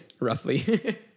roughly